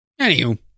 Anywho